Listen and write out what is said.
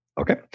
Okay